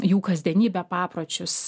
jų kasdienybę papročius